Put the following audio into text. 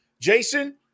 Jason